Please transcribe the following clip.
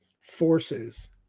forces